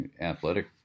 athletic